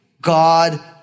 God